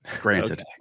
granted